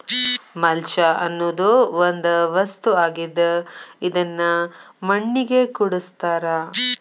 mulch ಅನ್ನುದು ಒಂದ ವಸ್ತು ಆಗಿದ್ದ ಇದನ್ನು ಮಣ್ಣಿಗೆ ಕೂಡಸ್ತಾರ